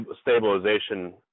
stabilization